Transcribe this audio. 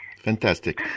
Fantastic